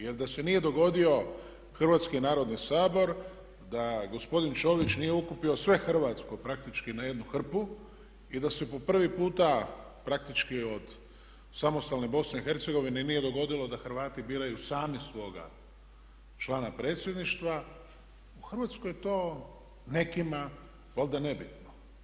Jer da se nije dogodio Hrvatski narodni sabor, da gospodin Čović nije okupio sve hrvatsko praktički na jednu hrpu i da se po prvi puta praktički od samostalne BiH nije dogodilo da Hrvati biraju sami svoga člana predsjedništva u Hrvatskoj je to nekima valjda nebitno.